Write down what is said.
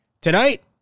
Tonight